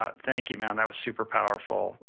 ah thank you, man, that was super powerful.